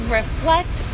reflect